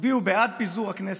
הצביעו בעד פיזור הכנסת,